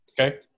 Okay